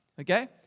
okay